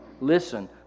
Listen